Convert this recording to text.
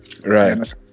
right